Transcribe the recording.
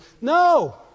No